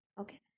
Okay